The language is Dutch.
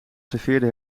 serveerde